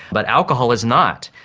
but alcohol is not.